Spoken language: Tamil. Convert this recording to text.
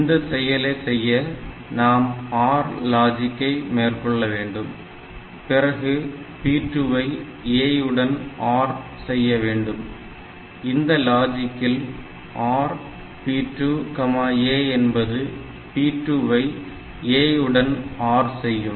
இந்த செயலை செய்ய நாம் OR லாஜிக்கை மேற்கொள்ள வேண்டும் பிறகு P2 வை A யுடன் OR செய்ய வேண்டும் இந்த லாஜிகல் OR P2 A என்பது P2 வை A உடன் OR செய்யும்